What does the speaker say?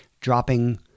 dropping